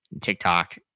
TikTok